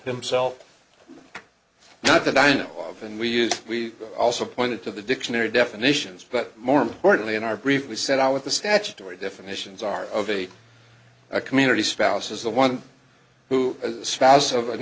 himself not that i know of and we use we also point to the dictionary definitions but more importantly in our brief we set out with the statutory definitions are of a community spouse is the one who a spouse of an